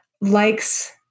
likes